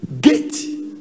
Gate